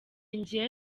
njye